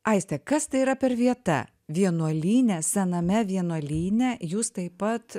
aistė kas tai yra per vieta vienuolyne sename vienuolyne jūs taip pat